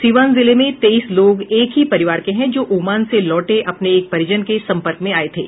सीवान जिले में तेईस लोग एक ही परिवार के है जो ओमान से लौटे अपने एक परिजन के संपर्क में आये थे